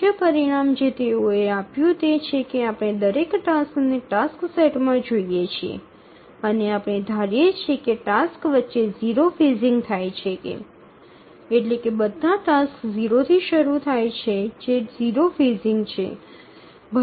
મુખ્ય પરિણામ જે તેઓએ આપ્યું તે છે કે આપણે દરેક ટાસ્ક ને ટાસક્સ સેટમાં જોઈએ છીએ અને આપણે ધારીએ છીએ કે ટાસક્સ વચ્ચે 0 ફેઝિંગ થાય છે એટલે કે બધા ટાસક્સ 0 થી શરૂ થાય છે જે 0 ફેઝિંગ છે